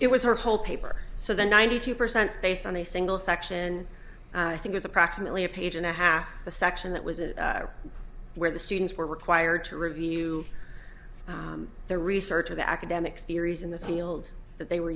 it was her whole paper so the ninety two percent based on a single section i think is approximately a page and a half the section that was it where the students were required to review the research of the academic theories in the field that they were